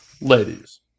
Ladies